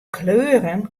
kleuren